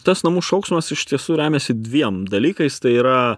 tas namų šauksmas iš tiesų remiasi dviem dalykais tai yra